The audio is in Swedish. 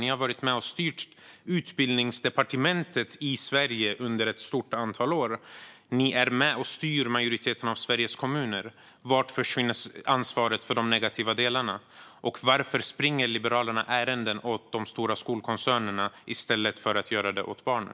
Ni har varit med och styrt Utbildningsdepartementet i Sverige under ett stort antal år, och ni är med och styr majoriteten av Sveriges kommuner. Vart försvinner ansvaret för de negativa delarna? Och varför springer Liberalerna ärenden åt de stora skolkoncernerna i stället för åt barnen?